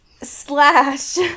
Slash